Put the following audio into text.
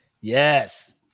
yes